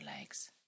legs